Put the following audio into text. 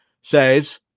says